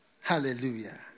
hallelujah